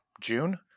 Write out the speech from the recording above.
June